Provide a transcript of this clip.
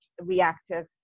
reactive